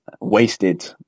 wasted